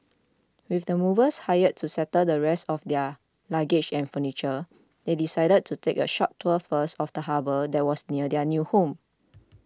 with the movers hired to settle the rest of their luggage and furniture they decided to take a short tour first of the harbour that was near their new home